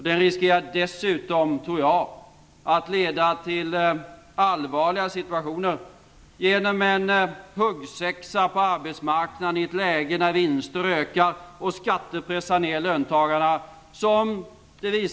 Den riskerar dessutom, tror jag, att leda till allvarliga situationer genom en huggsexa på arbetsmarknaden i ett läge när vinster ökar och skatter pressar ner löntagarna.